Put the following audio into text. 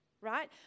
right